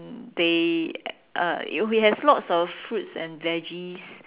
um they uh he has lots of fruits and veggies